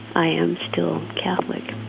i am still catholic